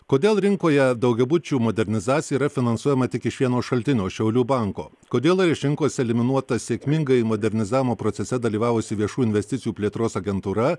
kodėl rinkoje daugiabučių modernizacija yra finansuojama tik iš vieno šaltinio šiaulių banko kodėl išrinkus eliminuota sėkmingai modernizavimo procese dalyvavusi viešų investicijų plėtros agentūra